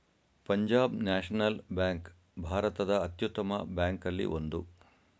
Punjab national bank ಭಾರತದ ಅತ್ಯುತ್ತಮ ಬ್ಯಾಂಕಲ್ಲಿ ಒಂದು